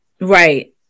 right